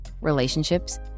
relationships